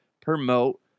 promote